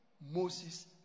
Moses